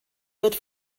wird